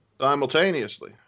Simultaneously